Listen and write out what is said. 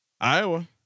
Iowa